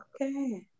Okay